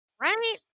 Right